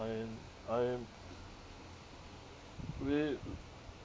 I am I'm we